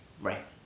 Right